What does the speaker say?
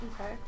Okay